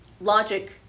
Logic